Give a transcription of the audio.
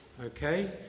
Okay